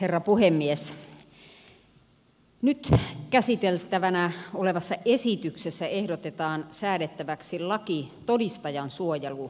nyt käsiteltävänä olevassa esityksessä ehdotetaan säädettäväksi laki todistajansuojeluohjelmasta